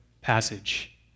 passage